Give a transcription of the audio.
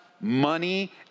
money